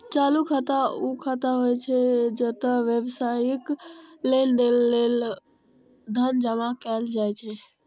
चालू खाता ऊ खाता होइ छै, जतय व्यावसायिक लेनदेन लेल धन जमा कैल जाइ छै